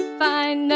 find